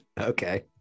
Okay